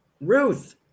Ruth